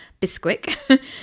Bisquick